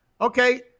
Okay